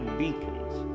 beacons